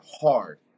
hard